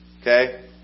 Okay